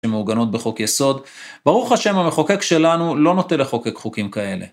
שמעוגנות בחוק יסוד, ברוך השם המחוקק שלנו לא נוטה לחוקק חוקים כאלה.